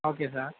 okay sir